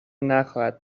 نخواهد